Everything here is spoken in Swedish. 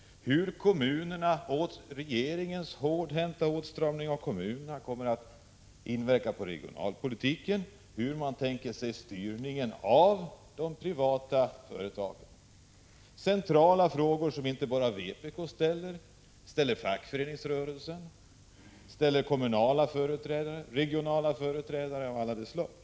Det gäller hur regeringens hårdhänta åtstramning gentemot kommunerna kommer att inverka på regionalpolitiken och hur regeringen tänker sig styrningen av de privata företagen. Det är centrala frågor som inte bara vpk ställer, utan också fackföreningsrörelsen, kommunala och regionala företrädare av alla slag.